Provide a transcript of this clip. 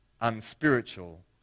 unspiritual